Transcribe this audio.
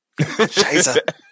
Scheiße